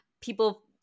people